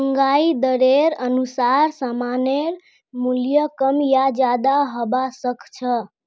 महंगाई दरेर अनुसार सामानेर मूल्य कम या ज्यादा हबा सख छ